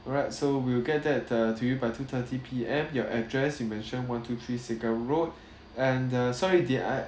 alright so we'll get that uh to you by two thirty P_M your address you mentioned one two three segar road and uh sorry did I